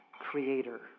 creator